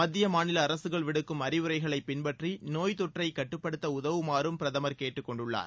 மத்திய மாநில அரசுகள் விடுக்கும் அறிவுரைகளை பின்பற்றி நோய் தொற்றை கட்டுப்படுத்த உதவுமாறும் பிரதமர் கேட்டுக்கொண்டுள்ளார்